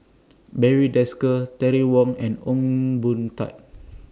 Barry Desker Terry Wong and Ong Boon Tat